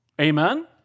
Amen